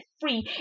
free